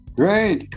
great